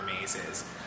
mazes